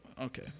okay